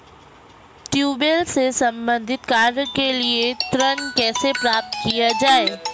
Tubewell से संबंधित कार्य के लिए ऋण कैसे प्राप्त किया जाए?